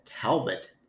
Talbot